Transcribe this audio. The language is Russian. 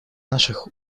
наших